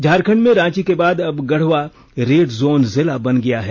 झारखंड में रांची के बाद अब गढ़वा रेड जोन जिला बन गया है